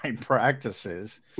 practices